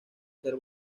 ser